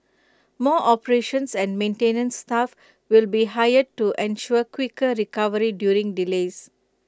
more operations and maintenance staff will be hired to ensure quicker recovery during delays